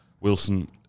Wilson